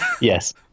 Yes